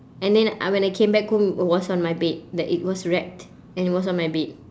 and then uh when I came back home it was on my bed like it was wrapped and it was on my bed